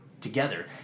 together